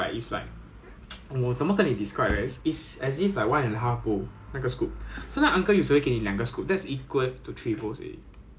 ya then 我会叫 uncle 少饭因为我一定吃不完的 I mean I mean 我我没有吃吃这样多 lah 我是吃比较多肉 lah so 他的 first station 是饭